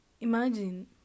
Imagine